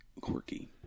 quirky